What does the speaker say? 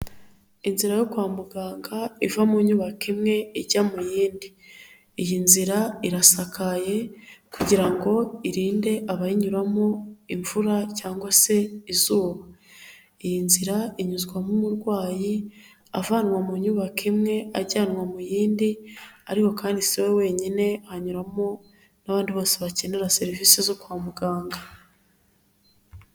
Inzira yo kwa muganga iva mu nyubako imwe ijya mu yindi, iyi nzira irasakaye kugira ngo irinde abayinyuramo imvura cyangwa se izuba, iyi nzira inyuzwamo umurwayi avanwa mu nyubako imwe ajyanwa mu yindi, ariko kandi si we wenyine inyuramo n'abandi bose bakenera serivisi zo kwa muganga.